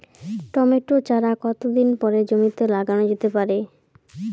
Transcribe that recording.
Tomato চারা কতো দিন পরে জমিতে লাগানো যেতে পারে?